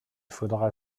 faudra